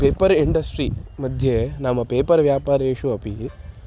paper industry मध्ये नाम paper व्यापारेषु अपि